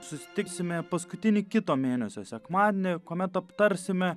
susitiksime paskutinį kito mėnesio sekmadienį kuomet aptarsime